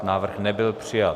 Návrh nebyl přijat.